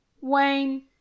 Wayne